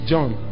John